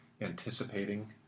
anticipating